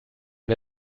wir